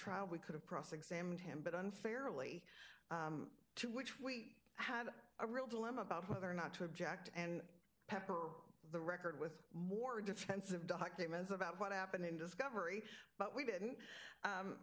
trial we could have cross examined him but unfairly to which we had a real dilemma about whether or not to object and pepper the record with more defensive documents about what happened in discovery but we didn't